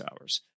hours